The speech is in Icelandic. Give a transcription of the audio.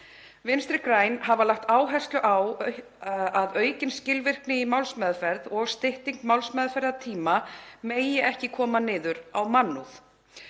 Vinstri græn hafa lagt áherslu á að aukin skilvirkni í málsmeðferð og að stytting málsmeðferðartíma megi ekki koma niður á mannúð.